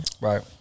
Right